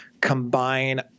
combine